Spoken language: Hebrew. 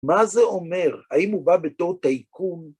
מה זה אומר? האם הוא בא בתור טייקון?